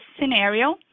scenario